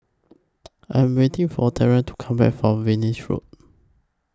I Am waiting For Tyree to Come Back from Venus Road